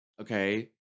Okay